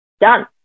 Done